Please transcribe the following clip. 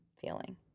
feeling